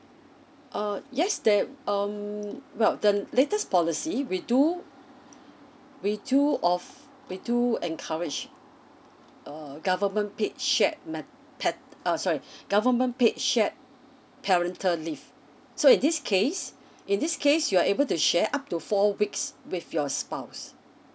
uh yes that um well the latest policy we do we do of we do encourage uh government paid shared mat~ pat~ uh sorry government paid shared parental leave so in this case in this case you're able to share up to four weeks with your spouse